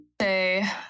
say